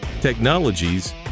technologies